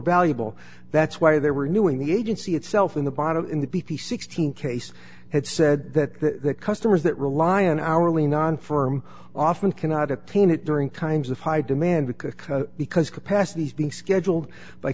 valuable that's why they were new in the agency itself in the bottom in the b p sixteen case had said that customers that rely on hourly non farm often cannot attain it during kinds of high demand because because capacities being scheduled by